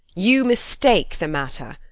you mistake the matter.